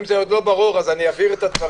אם זה עוד לא ברור, אני אבהיר את הדברים.